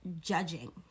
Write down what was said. judging